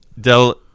del